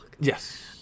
Yes